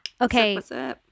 Okay